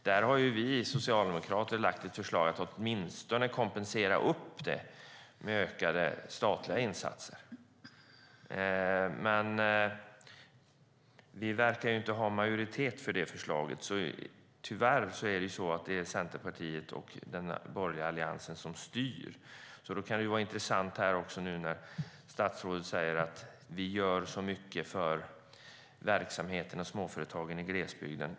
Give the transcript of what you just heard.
Där har vi socialdemokrater lagt fram ett förslag om att åtminstone kompensera det med ökade statliga insatser. Men vi verkar inte ha majoritet för det förslaget. Tyvärr är det Centerpartiet och den borgerliga alliansen som styr. Statsrådet säger att man gör mycket för verksamheten och småföretagen i glesbygden.